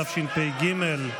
התשפ"ג 2023,